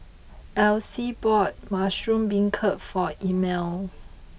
Alyce bought Mushroom Beancurd for Elmire